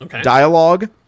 dialogue